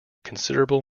considerable